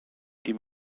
die